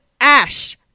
ash